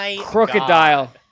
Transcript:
Crocodile